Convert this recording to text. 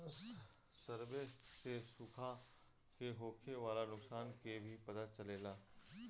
survey से सुखा से होखे वाला नुकसान के भी पता चलेला